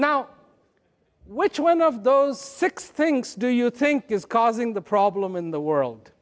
now which one of those six things do you think is causing the problem in the world